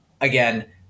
again